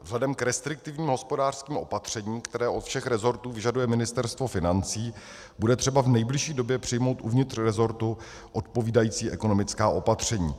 Vzhledem k restriktivním hospodářským opatřením, které od všech resortů vyžaduje Ministerstvo financí, bude třeba v nejbližší době přijmout uvnitř resortu odpovídající ekonomická opatření.